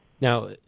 Now